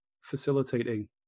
facilitating